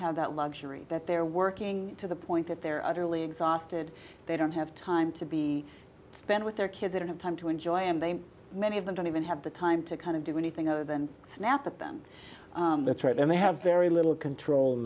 have that luxury that they're working to the point that they're utterly exhausted they don't have time to be spend with their kids they don't have time to enjoy and they many of them don't even have the time to kind of do anything other than snap at them that's right and they have very little control in